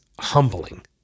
humbling